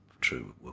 true